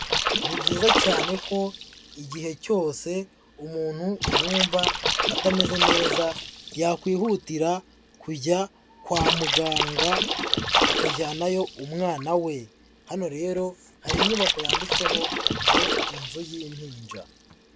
Ni byiza cyane ko igihe cyose umuntu yumva atameze neza yakwihutira kujya kwa muganga akajyanayo umwana we, hano rero hari inyubako yanditseho ngo inzu y'impinja.